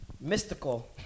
Mystical